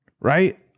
right